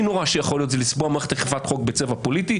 נורא שיכול להיות זה לצבוע את מערכת אכיפת החוק בצבע פוליטי.